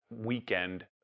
weekend